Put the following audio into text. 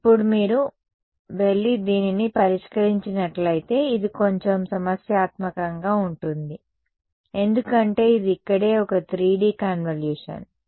ఇప్పుడు మీరు వెళ్లి దీనిని పరిష్కరించినట్లయితే ఇది కొంచెం సమస్యాత్మకంగా ఉంటుంది ఎందుకంటే ఇది ఇక్కడే ఒక 3D కన్వల్యూషన్